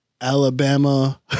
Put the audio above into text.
Alabama